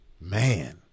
Man